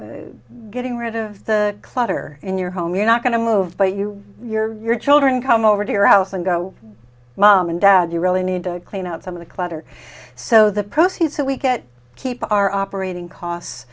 or getting rid of the clutter in your home you're not going to move but you your children come over to your house and go mom and dad you really need to clean out some of the clutter so the proceeds that we get keep our operating costs